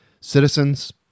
citizens